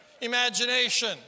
imagination